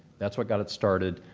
that's what got it started.